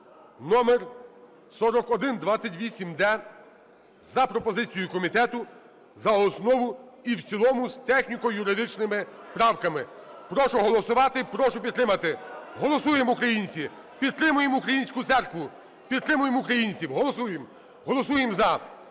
(№ 4128-д) за пропозицією комітету за основу і в цілому з техніко-юридичними правками. Прошу голосувати, прошу підтримати. Голосуємо, українці. Підтримуємо українську церкву, підтримуємо українців. Голосуємо.